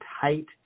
tight